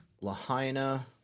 Lahaina